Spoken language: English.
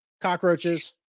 cockroaches